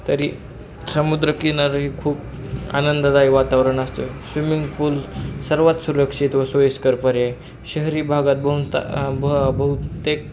तरी समुद्रकिनारी खूप आनंददायक वातावरण असतो स्विमिंग पूल सर्वात सुरक्षित व सोयीस्कर परत शहरी भागात बहुधा ब बहुतेक